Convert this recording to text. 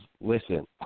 listen